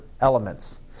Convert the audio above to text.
elements